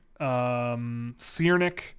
Siernik